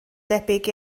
debyg